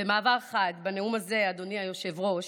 במעבר חד, בנאום הזה, אדוני היושב-ראש,